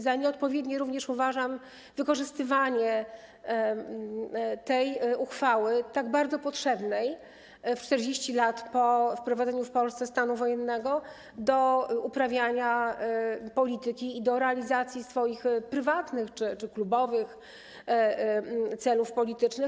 Za nieodpowiednie uważam również wykorzystywanie tej uchwały, tak bardzo potrzebnej, w 40 lat po wprowadzeniu w Polsce stanu wojennego, do uprawiania polityki i do realizacji swoich prywatnych czy klubowych celów politycznych.